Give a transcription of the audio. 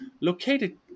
located